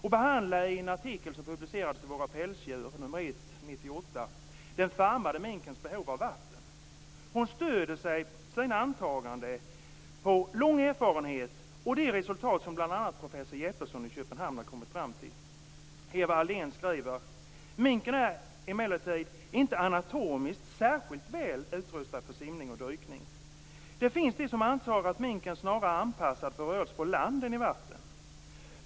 Hon behandlar i en artikel i Våra pälsdjur nr 1 1998 den farmade minkens behov av vatten. Hon stöder sina antaganden på lång erfarenhet och de resultat som bl.a. professor Jeppesen i Köpenhamn kommit fram till. Eva Aldén skriver: "Minken är emellertid inte anatomiskt särskilt väl utrustad för simning och dykning. - Det finns de som anser att minken snarare är anpassad för rörelse på land än i vatten.